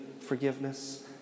forgiveness